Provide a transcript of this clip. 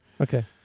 Okay